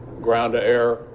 ground-to-air